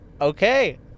Okay